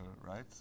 right